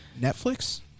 Netflix